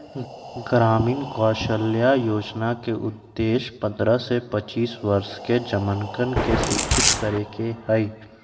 ग्रामीण कौशल्या योजना के उद्देश्य पन्द्रह से पैंतीस वर्ष के जमनकन के शिक्षित करे के हई